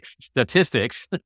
statistics